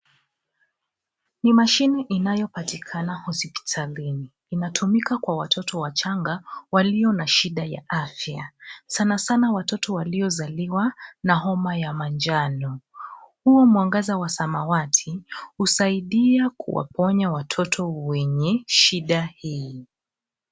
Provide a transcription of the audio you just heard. Ni mashine inayo patikana hospitalini. Inatumika kwa watoto wachanga walio na shida ya afya, sana sana watoto walio zaliwa na homa ya manjano. Huo mwangaza wa samawati husaidia kuwaponya watoto wenye shida hii.